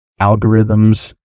algorithms